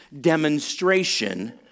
demonstration